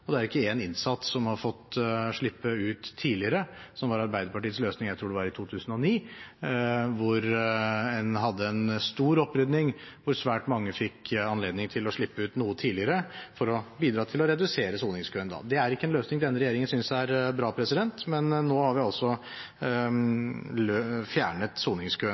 er ikke én innsatt som har fått slippe ut tidligere, som var Arbeiderpartiets løsning – jeg tror det var i 2009, hvor en hadde en stor opprydding, og hvor svært mange fikk anledning til å slippe ut noe tidligere for å bidra til å redusere soningskøen. Det er ikke en løsning denne regjeringen synes er bra, men nå har vi altså fjernet soningskøen